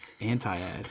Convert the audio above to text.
Anti-ad